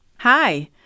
Hi